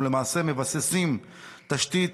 אנחנו למעשה מבססים תשתית